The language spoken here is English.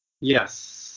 Yes